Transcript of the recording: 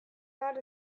not